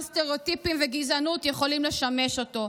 סטריאוטיפים וגזענות יכולים לשמש אותו.